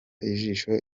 ijisho